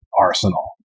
arsenal